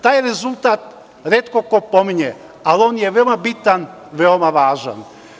Taj rezultat retko ko pominje, ali je on veoma bitan, veoma važan.